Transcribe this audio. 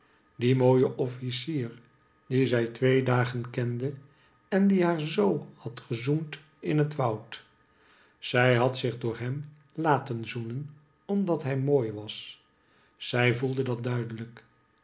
die mooie officier dien zij twee dagen kende en die haar zoo had gezoend in het woud zij had zich door hem laten zoenen omdat hij mooi was zij voelde dat duidelijk